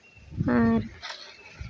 ᱟᱨ